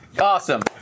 Awesome